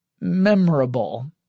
memorable